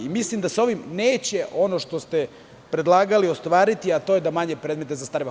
Mislim da se ovim neće ono što ste predlagali ostvariti, a to je da manje predmeta zastareva.